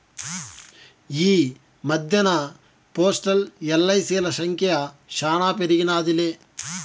ఈ మద్దెన్న పోస్టల్, ఎల్.ఐ.సి.ల సంఖ్య శానా పెరిగినాదిలే